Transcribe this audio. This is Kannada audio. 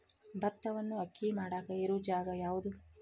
ಭತ್ತವನ್ನು ಅಕ್ಕಿ ಮಾಡಾಕ ಇರು ಜಾಗ ಯಾವುದು?